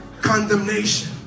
condemnation